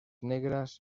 negras